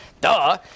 duh